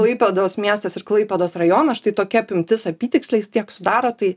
klaipėdos miestas ir klaipėdos rajonas štai tokia apimtis apytiksliai jis tiek sudaro tai